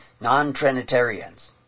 non-Trinitarians